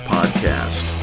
Podcast